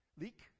leak